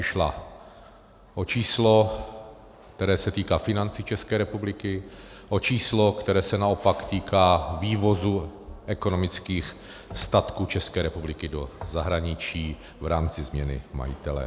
O číslo, které se týká financí České republiky, o číslo, které se naopak týká vývozu ekonomických statků České republiky do zahraničí v rámci změny majitele.